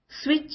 switch